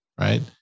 right